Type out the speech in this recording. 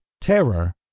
terror